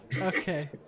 Okay